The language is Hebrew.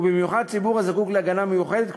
ובמיוחד את הציבור הזקוק להגנה מיוחדת,